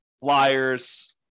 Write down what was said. flyers